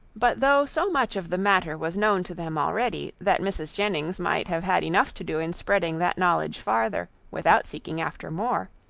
but though so much of the matter was known to them already, that mrs. jennings might have had enough to do in spreading that knowledge farther, without seeking after more,